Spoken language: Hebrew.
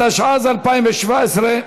התשע"ז 2017,